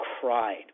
cried